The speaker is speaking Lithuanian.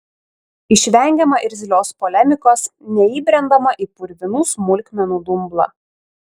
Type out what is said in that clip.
išvengiama irzlios polemikos neįbrendama į purvinų smulkmenų dumblą